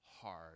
hard